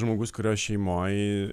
žmogus kurio šeimoj